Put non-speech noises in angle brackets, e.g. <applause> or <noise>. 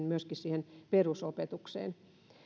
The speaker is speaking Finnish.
<unintelligible> myöskin siihen perusopetukseen